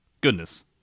goodness